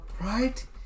Right